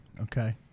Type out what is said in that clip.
Okay